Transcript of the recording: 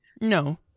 no